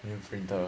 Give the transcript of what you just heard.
new printer